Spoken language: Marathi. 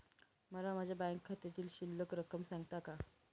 मला माझ्या बँक खात्यातील शिल्लक रक्कम सांगता का?